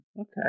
Okay